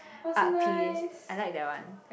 art piece I like that one